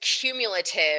cumulative